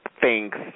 Thanks